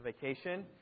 vacation